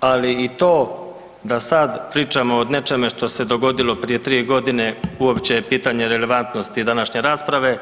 ali i to da sada pričamo o nečemu što se dogodilo prije tri godine uopće je pitanje relevantnosti današnje rasprave.